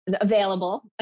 available